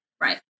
Right